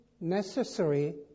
necessary